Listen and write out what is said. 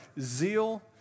zeal